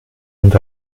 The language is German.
und